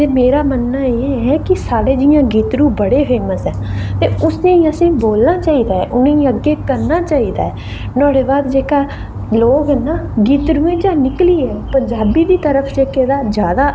ते मेरा मन्नना एह् है कि साढ़े जियां गितड़ू बड़े फैमस है ते उसलै असेंगी बोलना चाहिदा ऐ उ'नें गी अग्गै करना चाहिदा ऐ नुआढ़े बाद जेहके लोग ना गितड़ू च निकली गे ते पंजाबी दी तरफ एहदा ज्यादा